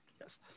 yes